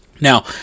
Now